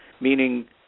Meaning